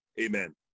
amen